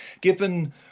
given